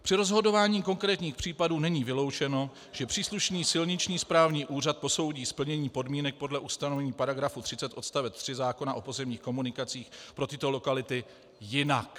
Při rozhodování konkrétních případů není vyloučeno, že příslušný silniční správní úřad posoudí splnění podmínek podle ustanovení § 30 odst. 3 zákona o pozemních komunikacích pro tyto lokality jinak.